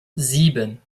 sieben